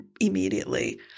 immediately